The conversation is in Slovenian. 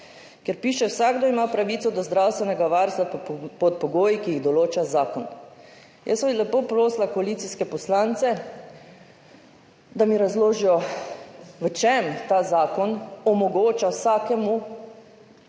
kjer piše, vsakdo ima pravico do zdravstvenega varstva pod pogoji, ki jih določa zakon. Jaz bi lepo prosila koalicijske poslance, da mi razložijo, v čem ta zakon omogoča vsakemu,